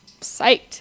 psyched